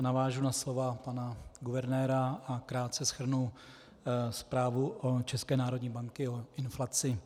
Navážu na slova pana guvernéra a krátce shrnu zprávu České národní banky o inflaci.